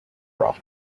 rough